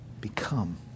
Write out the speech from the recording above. become